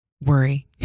worry